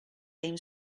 aims